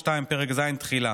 2. פרק ז' תחילה.